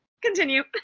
continue